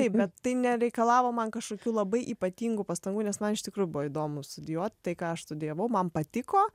taip bet tai nereikalavo man kažkokių labai ypatingų pastangų nes man iš tikrųjų buvo įdomu studijuot tai ką aš studijavau man patiko